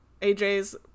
AJ's